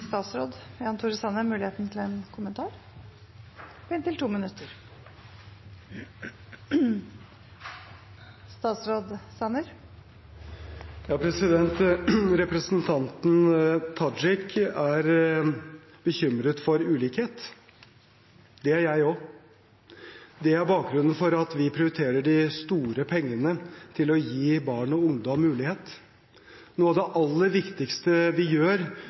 Representanten Tajik er bekymret for ulikhet. Det er jeg også. Det er bakgrunnen for at vi prioriterer de store pengene til å gi barn og ungdom mulighet. Noe av det aller viktigste vi gjør